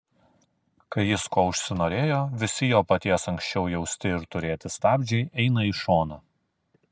kai jis ko užsinorėjo visi jo paties anksčiau jausti ir turėti stabdžiai eina į šoną